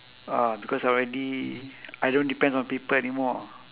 ah because I already I don't depend on people anymore